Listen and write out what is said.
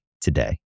today